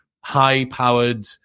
high-powered